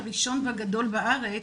הראשון והגדול בארץ,